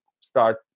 start